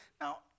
Now